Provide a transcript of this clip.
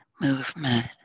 movement